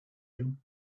you